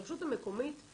לרשות המקומית,